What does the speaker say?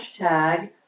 hashtag